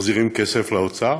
מחזירים כסף לאוצר